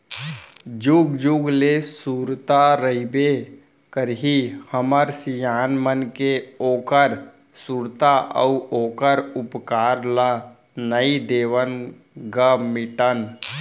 जुग जुग ले सुरता रहिबे करही हमर सियान मन के ओखर सुरता अउ ओखर उपकार ल नइ देवन ग मिटन